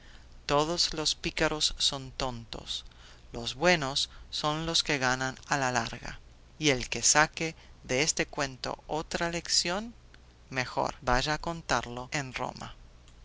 todos los pícaros son tontos los buenos son los que ganan a la larga y el que saque de este cuento otra lección mejor vaya a contarlo en roma